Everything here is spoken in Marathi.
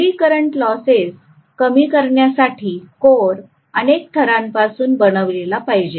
एडी करंट लॉसेस कमी करण्यासाठी कोअर अनेक थरांपासून बनवलेला पाहिजे